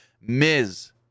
Miz